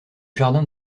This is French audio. jardin